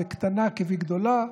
בקטנה כבגדולה.